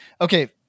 Okay